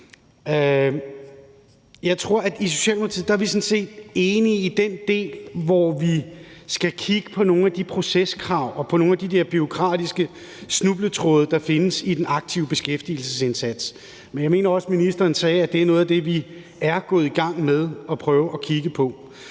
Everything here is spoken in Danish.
kæmper med. I Socialdemokratiet er vi sådan set enige i den del, hvor vi skal kigge på nogle af de proceskrav og på nogle af de der bureaukratiske snubletråde, der findes i den aktive beskæftigelsesindsats, men jeg mener også, ministeren sagde, at det er noget af det, vi er gået i gang med at prøve at kigge på.